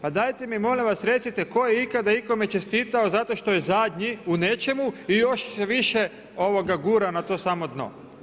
Pa dajte mi molim vas recite tko je ikada ikome čestitao zato što je zadnji u nečemu i još se više gura na to samo dno.